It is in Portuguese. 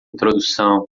introdução